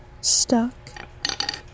stuck